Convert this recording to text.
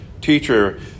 Teacher